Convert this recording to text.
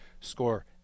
score